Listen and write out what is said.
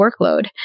workload